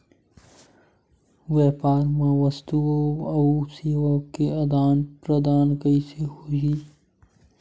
व्यापार मा वस्तुओ अउ सेवा के आदान प्रदान कइसे होही?